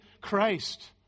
Christ